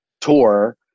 tour